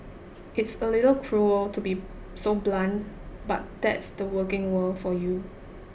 it's a little cruel to be so blunt but that's the working world for you